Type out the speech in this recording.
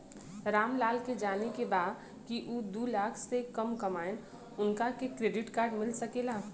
राम लाल के जाने के बा की ऊ दूलाख से कम कमायेन उनका के क्रेडिट कार्ड मिल सके ला?